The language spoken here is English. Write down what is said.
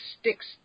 sticks